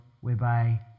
whereby